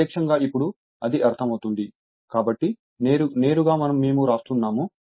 ప్రత్యక్షంగా ఇప్పుడు అది అర్థమవుతుంది కాబట్టి నేరుగా మేము రాస్తున్నాము